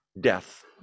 death